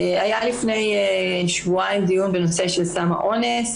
היה לפני שבועיים דיון בנושא של סם האונס,